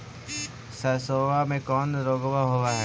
सरसोबा मे कौन रोग्बा होबय है?